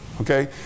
Okay